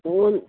one